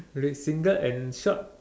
with singlet and shorts